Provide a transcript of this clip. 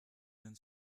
denn